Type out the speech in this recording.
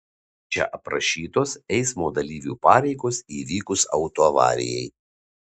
čia aprašytos eismo dalyvių pareigos įvykus autoavarijai